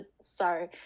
sorry